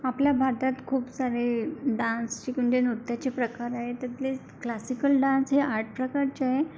आपल्या भारतात खूप सारे डान्स नृत्याचे प्रकार आहे त्यातले क्लासिकल डान्स हे आठ प्रकारचे आहे